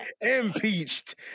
Impeached